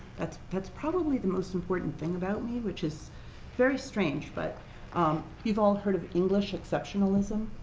that's that's probably the most important thing about me, which is very strange, but um you've all heard of english exceptionalism?